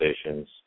stations